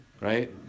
Right